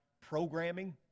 programming